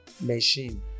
machine